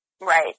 right